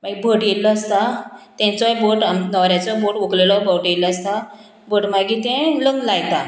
मागीर भट येयल्लो आसता तेंचोय भट आमचोय भट व्हकलेलोय भट येयलो आसता भट मागीर तें लग्न लायता